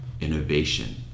innovation